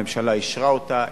הממשלה אישרה אותה,